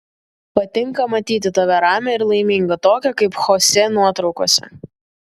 patinka matyti tave ramią ir laimingą tokią kaip chosė nuotraukose